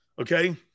Okay